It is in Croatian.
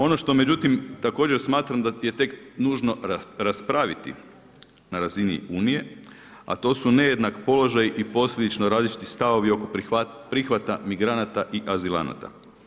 Ono što međutim također smatram da je tek nužno raspraviti na razini Unije a to su nejednak položaj i posljedično različiti stavovi oko prihvata migranata i azilanata.